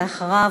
ואחריו,